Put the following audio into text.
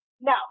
No